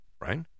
right